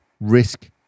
risk